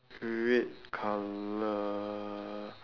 red colour